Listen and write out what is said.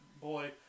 boy